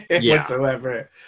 whatsoever